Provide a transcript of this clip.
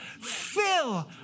Fill